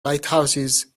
lighthouses